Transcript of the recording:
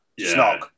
snog